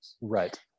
Right